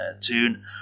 Tune